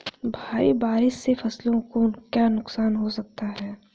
भारी बारिश से फसलों को क्या नुकसान हो सकता है?